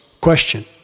Question